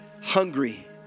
hungry